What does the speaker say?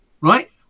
Right